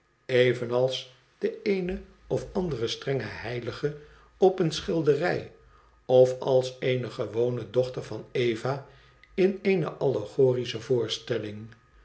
evenals de eene of andere strenge heilige op eene schilderij of als eene gewone dochter van eva in eene allegorische voorstelling